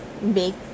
make